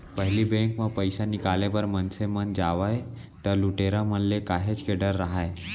पहिली बेंक म पइसा निकाले बर मनसे मन जावय त लुटेरा मन ले काहेच के डर राहय